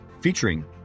featuring